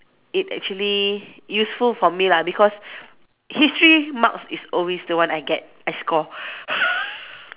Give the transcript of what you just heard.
it actually useful for me lah because history marks is always the one I get I score